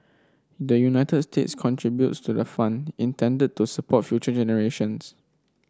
the United States contributes to the fund intended to support future generations